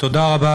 תודה רבה.